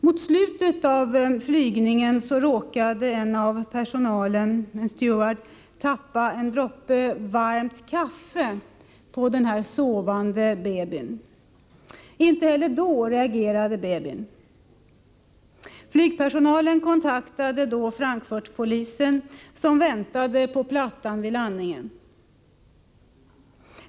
Mot slutet av flygningen råkade en steward spilla en droppe varmt kaffe på den sovande babyn. Inte heller då reagerade babyn. Flygpersonalen kontaktade Frankfurtpolisen, som väntade på plattan vid landningen.